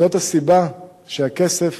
זו הסיבה שהכסף